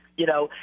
you know,